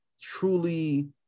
truly –